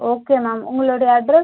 okay ma'am உங்களுடைய address